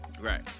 Right